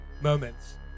moments